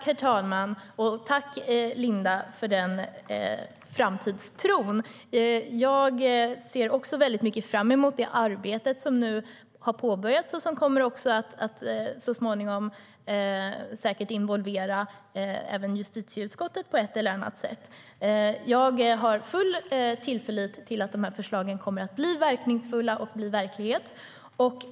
Herr talman! Tack, Linda, för den framtidstron! Jag ser också väldigt mycket fram emot resultatet av det arbete som nu har påbörjats och som så småningom säkert kommer att involvera även justitieutskottet på ett eller annat sätt. Jag har full tillförlit till att de här förslagen kommer att bli verkningsfulla och bli verklighet.